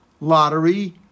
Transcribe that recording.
Lottery